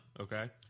Okay